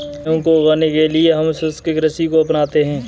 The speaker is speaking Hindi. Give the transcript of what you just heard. गेहूं को उगाने के लिए हम शुष्क कृषि को अपनाते हैं